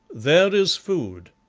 there is food,